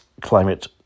climate